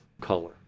color